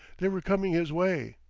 they were coming his way.